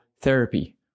therapy